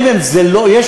הוא לא היה בעולם הפשע.